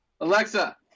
Alexa